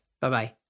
Bye-bye